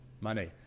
money